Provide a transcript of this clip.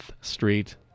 Street